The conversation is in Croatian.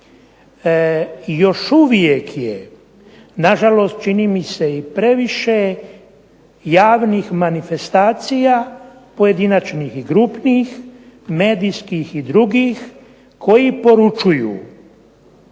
Još uvijek je, na žalost čini mi se i previše javnih manifestacija pojedinačnih i grupnih, medijskih i drugih koji poručuju